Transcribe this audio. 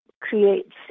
creates